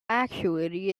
acuity